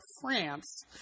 France